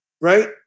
right